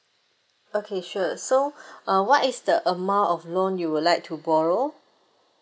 okay sure so uh what is the amount of loan you would like to borrow